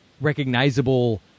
recognizable